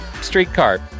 streetcar